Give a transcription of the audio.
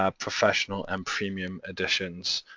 ah professional and premium editions,